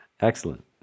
Excellent